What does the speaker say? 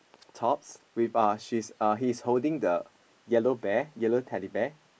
tops with uh she's uh he's holding the yellow bear yellow Teddy Bear